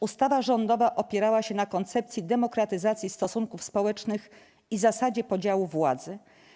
Ustawa Rządowa opierała się na koncepcji demokratyzacji stosunków społecznych i zasadzie podziału władzy.